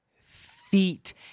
feet